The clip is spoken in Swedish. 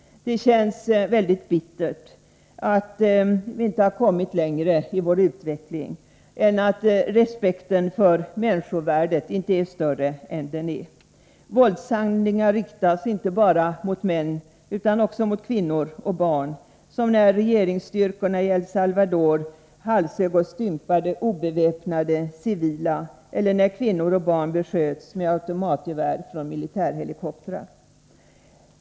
Det känns mycket bittert att vi inte har kommit längre i vår utveckling, att respekten för människovärdet inte är större. Våldshandlingar riktas inte bara mot män utan också mot kvinnor och barn — som när regeringsstyrkorna i El Salvador halshögg och stympade obeväpnade civila, eller när kvinnor och barn besköts med automatgevär från militärhelikoptrar.